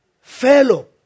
fellow